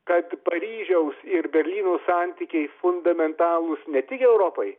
kad paryžiaus ir berlyno santykiai fundamentalūs ne tik europai